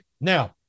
Now